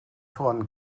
voran